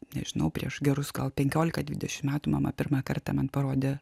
nežinau prieš gerus gal penkiolika dvidešim metų mama pirmą kartą man parodė